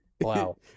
Wow